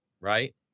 right